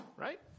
right